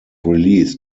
released